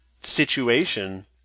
situation